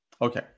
Okay